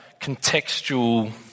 contextual